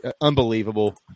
unbelievable